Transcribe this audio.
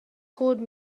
told